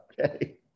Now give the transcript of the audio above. okay